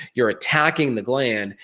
you're attacking the gland,